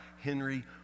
Henry